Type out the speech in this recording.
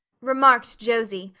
remarked josie,